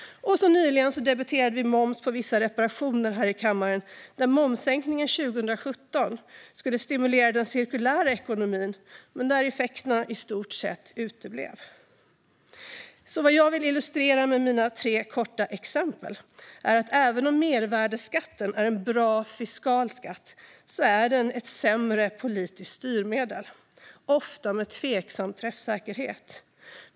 Nyligen debatterade vi moms på vissa reparationer här i kammaren. Momssänkningen 2017 skulle stimulera den cirkulära ekonomin, men effekterna uteblev i stort sett. Vad jag vill illustrera med mina tre korta exempel är att även om mervärdesskatten är en bra fiskal skatt är den ett sämre politiskt styrmedel, ofta med tveksam träffsäkerhet.